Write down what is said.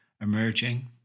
emerging